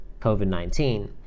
COVID-19